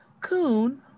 Coon